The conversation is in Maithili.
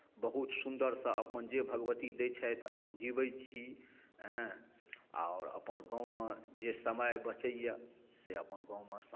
बहुत सुन्दरसँ अपन जे भगवती दै छथि अपन जीवैत छी हँ आओर अपन गाममे जे समय बचैए से अपन गाममे